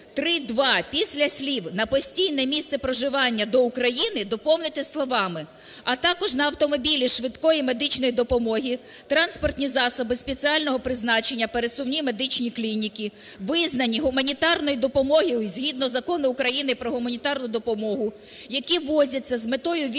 3.2 після слів "на постійне місце проживання до України" доповнити словами "а також на автомобілі швидкої медичної допомоги, транспортні засоби спеціального призначення, пересувні медичні клініки, визнані гуманітарної допомоги згідно Закону України "Про гуманітарну допомогу", які ввозяться з метою вільного